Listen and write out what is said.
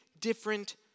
different